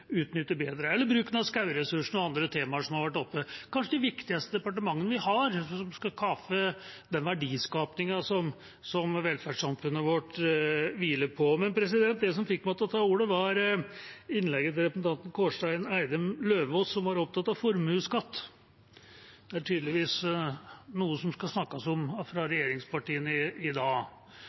utnytte bedre, eller bruken av skogressursene og andre temaer som har vært oppe. Det er kanskje de viktigste departementene vi har, som skal skaffe den verdiskapingen som velferdssamfunnet vårt hviler på. Det som fikk meg til å ta ordet, var innlegget til representanten Kårstein Eidem Løvaas. Han var opptatt av formuesskatt. Det er tydeligvis noe som det skal snakkes om fra regjeringspartiene i dag.